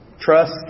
Trust